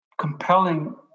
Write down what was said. compelling